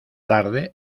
tarde